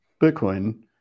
Bitcoin